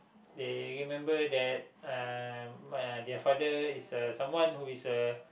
they remember that uh my their father is a someone who is a